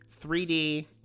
3D